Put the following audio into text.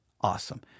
Awesome